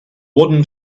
wooden